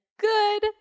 good